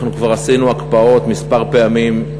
אנחנו כבר עשינו הקפאות כמה פעמים,